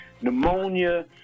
pneumonia